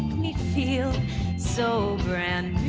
me feel so brand